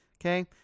Okay